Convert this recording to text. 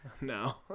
No